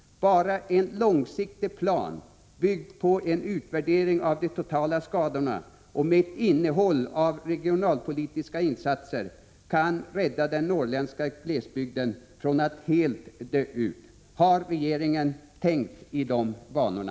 Bara en långsiktig plan, byggd på en utvärdering av de totala skadorna och med ett innehåll av regionalpolitiska insatser kan rädda den norrländska glesbygden från att helt dö ut. Har regeringen tänkt i de banorna?